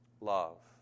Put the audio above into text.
love